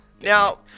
Now